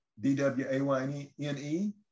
D-W-A-Y-N-E